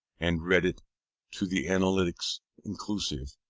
and read it to the analytics inclusive,